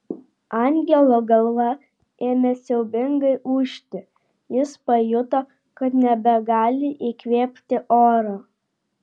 angelo galva ėmė siaubingai ūžti jis pajuto kad nebegali įkvėpti oro